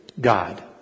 God